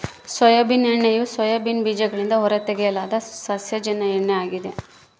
soybean ಎಣ್ಣೆಯು soybean ಬೀಜಗಳಿಂದ ಹೊರತೆಗೆಯಲಾದ ಸಸ್ಯಜನ್ಯ ಎಣ್ಣೆ ಆಗಿದೆ